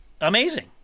amazing